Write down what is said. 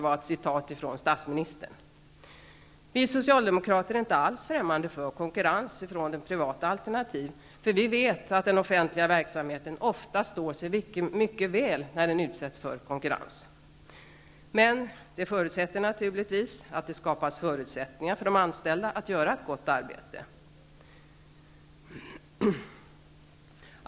Jag citerade bara statsministern. Vi socialdemokrater är inte alls främmande för konkurrens från privata alternativ. Vi vet att den offentliga verksamheten oftast står sig mycket väl när den utsätts för konkurrens. Men det förutsätter naturligtvis att det skapas förutsättningar för de anställda att göra ett gott arbete.